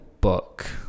book